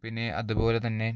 പിന്നെ അതുപോലെത്തന്നെ